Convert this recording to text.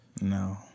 No